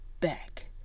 back